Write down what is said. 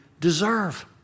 deserve